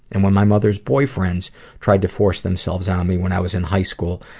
and, when my mother's boyfriends tried to force themselves on me when i was in high school,